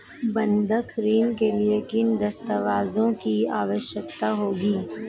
बंधक ऋण के लिए किन दस्तावेज़ों की आवश्यकता होगी?